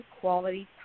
quality